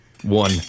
One